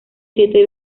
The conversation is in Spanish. siete